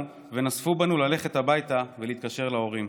ונזפו בנו ללכת הביתה ולהתקשר להורים.